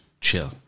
chill